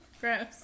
Gross